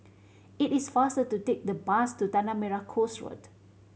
it is faster to take the bus to Tanah Merah Coast Road